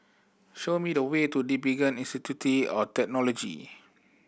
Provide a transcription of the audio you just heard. show me the way to DigiPen Institute of Technology